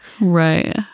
Right